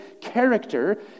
character